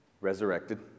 resurrected